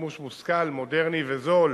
לשימוש מושכל, מודרני וזול